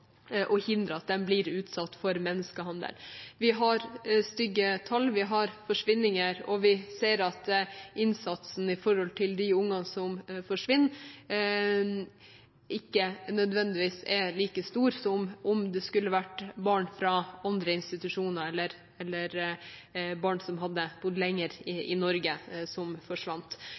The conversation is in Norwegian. å hindre at de blir utsatt for menneskehandel. Vi har stygge tall, vi har forsvinninger, og vi ser at innsatsen når det gjelder de ungene som forsvinner, ikke nødvendigvis er like stor som om det hadde vært barn fra andre institusjoner eller barn som hadde bodd lenger i Norge, som forsvant.